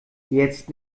jetzt